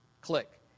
click